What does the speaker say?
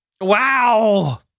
Wow